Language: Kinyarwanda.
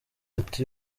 ati